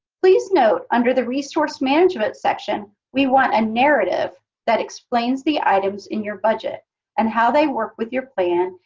please note under the resource management section, we want a narrative that explains the items in your budget and how they work with your plan,